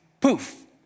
poof